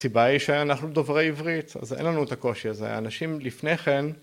הסיבה היא שאנחנו דוברי עברית, אז אין לנו את הקושי הזה, האנשים לפני כן...